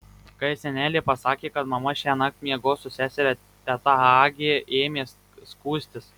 kai senelė pasakė kad mama šiąnakt miegos su seseria teta agė ėmė skųstis